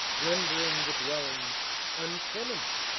rendering the dwellings untenable.